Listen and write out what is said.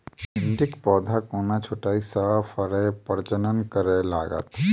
भिंडीक पौधा कोना छोटहि सँ फरय प्रजनन करै लागत?